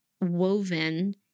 woven